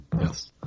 Yes